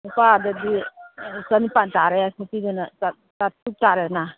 ꯅꯨꯄꯥꯗꯗꯤ ꯆꯅꯤꯄꯥꯟ ꯇꯥꯔꯦ ꯅꯨꯄꯤꯗꯅ ꯆꯥꯇ꯭ꯔꯨꯛ ꯇꯥꯔꯦꯗꯅ